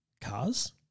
cars